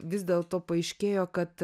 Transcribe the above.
vis dėlto paaiškėjo kad